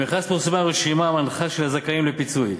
במכרז פורסמה רשימה מנחה של הזכאים לפיצוי,